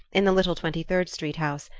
in the little twenty-third street house,